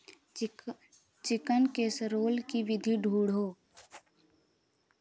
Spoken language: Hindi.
चिक चिकन कैसरोल की विधि ढूँढो